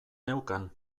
neukan